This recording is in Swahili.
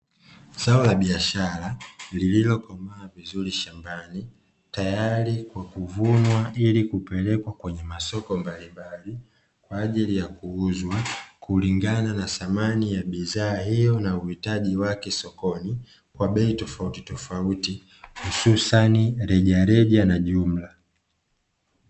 Zao la biashara lililokomaa vizuri shambani tayari kwa kuvunwa ili kupelekwa kwenye masoko mbalimbali kwa ajili ya kuuzwa, kulingana na thamani ya bidhaa hiyo na uhitaji wa watu sokoni kwa bei tofauti tofauti hususani reja reja na jumla.